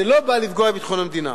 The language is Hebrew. זה לא בא לפגוע בביטחון המדינה.